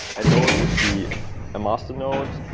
a node would be a master node,